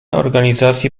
organizacji